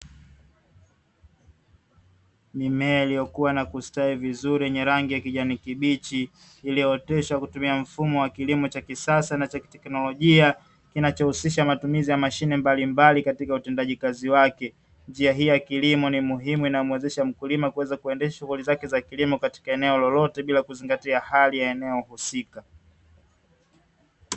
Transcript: Mimea iliyokua na kustawi vizuri yenye rangi ya kijani kibichi, iliyooteshwa kwa kutumia mfumo wa kilimo cha kisasa na cha kiteknolojia kinachohusisha matumizi ya mashine mbalimbali katika utendaji kazi wake; njia hii ya kilimo ni muhimu inamuwezesha mkulima kuendesha shughuli zake za kilimo katika eneo lolote bila kuzingatia hali ya eneo husika.